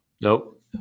Nope